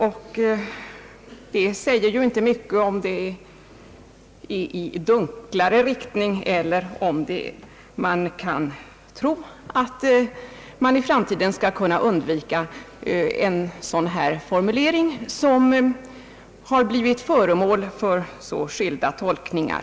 Det framgår inte om det skett en omarbetning till dunklare ordalag eller om man för framtiden lyckats undvika en sådan formulering som den som blivit föremål för så skilda tolkningar.